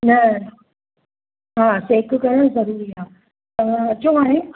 न हा सेक करणु ज़रूरी आहे तव्हां अचो हाणे